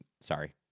sorry